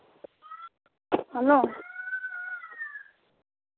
no ise